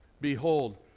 Behold